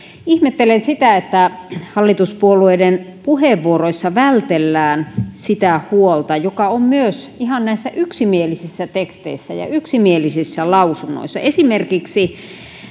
ihmettelen sitä että hallituspuolueiden puheenvuoroissa vältellään sitä huolta joka on myös ihan näissä yksimielisissä teksteissä ja yksimielisissä lausunnoissa esimerkiksi